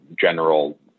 general